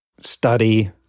study